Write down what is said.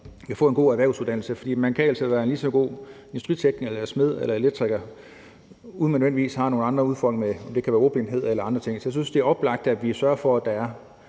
og få en god erhvervsuddannelse. For man kan altså stadig være en god industritekniker, smed eller elektriker, hvis man har nogle andre udfordringer med f.eks. ordblindhed eller andre ting. Så jeg synes, det er oplagt, at vi sørger for, at der er